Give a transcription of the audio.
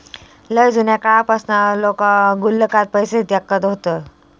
लय जुन्या काळापासना लोका गुल्लकात पैसे टाकत हत